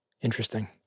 Interesting